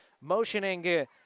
Motioning